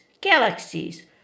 galaxies